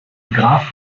graf